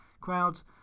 Crowds